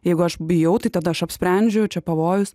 jeigu aš bijau tai tada aš apsprendžiu čia pavojus